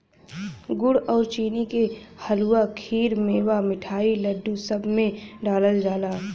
गुड़ आउर चीनी के हलुआ, खीर, मेवा, मिठाई, लड्डू, सब में डालल जाला